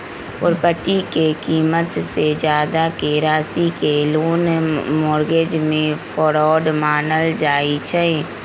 property के कीमत से जादा के राशि के लोन मोर्गज में फरौड मानल जाई छई